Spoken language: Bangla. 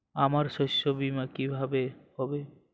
আমার শস্য বীমা কিভাবে হবে?